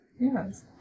yes